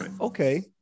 Okay